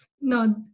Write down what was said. No